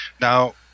Now